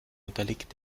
unterliegt